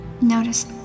Notice